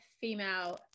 female